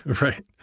Right